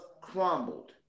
crumbled